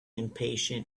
impatient